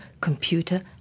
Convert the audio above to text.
Computer